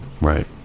right